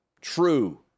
true